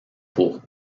pour